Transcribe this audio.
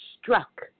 struck